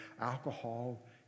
alcohol